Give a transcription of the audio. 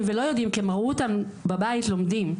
ולא יודעים כי הם ראו אותם בבית לומדים.